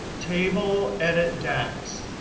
table, edit dax.